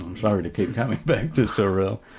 um sorry to keep coming back to sorel.